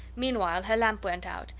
meanwhile her lamp went out,